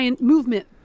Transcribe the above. movement